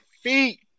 feet